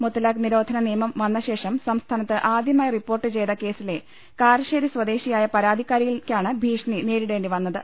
മുത്തലാഖ് നിരോധന നിയമം വന്ന ശേഷം സംസ്ഥാ നത്ത് ആദ്യമായി റിപ്പോർട്ട് ചെയ്ത കേസിലെ കാരശേരി സ്വദേശി യായ പരാതിക്കാരിക്കാണ് ഭീഷണി നേരിടേണ്ടി വന്നത്